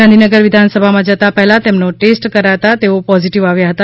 ગાંધીનગર વિધાનસભામાં જતાં પેહલા તેમનો ટેસ્ટ કરતાં તેઓ પોઝીટિવ આવ્યા હતા